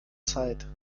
zeit